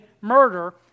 murder